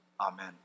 Amen